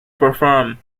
perform